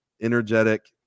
energetic